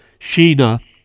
Sheena